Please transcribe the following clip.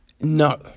No